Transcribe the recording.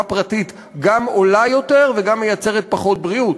הפרטית גם עולה יותר וגם מייצרת פחות בריאות,